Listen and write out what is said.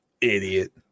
Idiot